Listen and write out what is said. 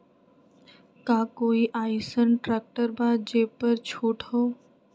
का कोइ अईसन ट्रैक्टर बा जे पर छूट हो?